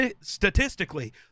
statistically